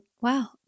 wow